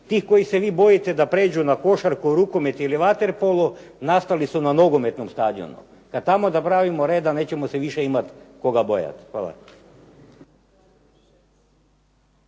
Tih kojih se vi bojite da pređu na košarku, rukomet ili vaterpolo nastali su na nogometnom stadionu. Kada tamo napravimo reda nećemo se više imati koga bojati. Hvala.